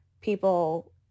People